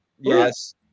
Yes